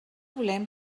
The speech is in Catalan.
volem